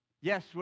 yes